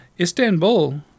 Istanbul